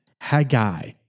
Haggai